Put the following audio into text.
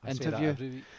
interview